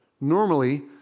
Normally